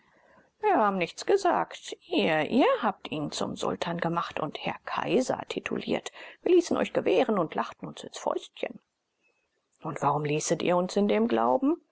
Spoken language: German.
wir haben nichts gesagt ihr ihr habt ihn zum sultan gemacht und herr kaiser tituliert wir ließen euch gewähren und lachten uns ins fäustchen und warum ließet ihr uns in dem glauben